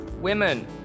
women